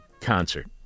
concert